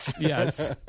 Yes